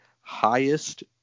highest